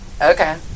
Okay